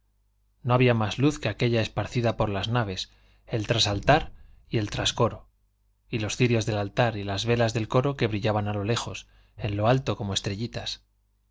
no había más luz que aquella esparcida por las naves el trasaltar y el trascoro y los cirios del altar y las velas del coro que brillaban a lo lejos en alto como estrellitas